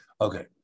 Okay